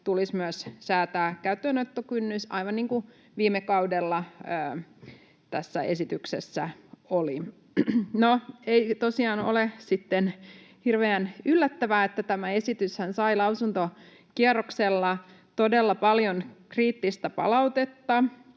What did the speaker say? tulisi myös säätää käyttöönottokynnys, aivan niin kuin viime kaudella tässä esityksessä oli. No, ei tosiaan ole hirveän yllättävää, että tämä esityshän sai lausuntokierroksella todella paljon kriittistä palautetta.